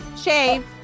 shave